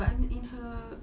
but I'm in her